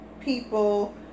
people